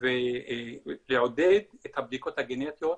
ולעודד את הבדיקות הגנטיות,